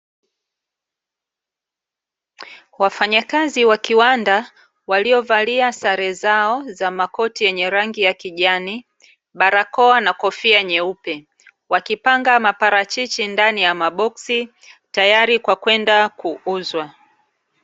Wafanyakazi wa kiwanda waliovalia sare zao za makoti yenye rangi ya kijani, barakoa na kofia nyeupe wakipanga maparachichi ndani ya maboksi tayari kwa kwenda kuuzwa.